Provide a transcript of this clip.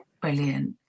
Brilliant